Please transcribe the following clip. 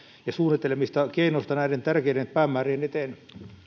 ja suunnittelemista keinoista näiden tärkeiden päämäärien eteen